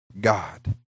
God